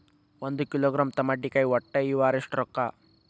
ಒಂದ್ ಕಿಲೋಗ್ರಾಂ ತಮಾಟಿಕಾಯಿ ಒಟ್ಟ ಈ ವಾರ ಎಷ್ಟ ರೊಕ್ಕಾ?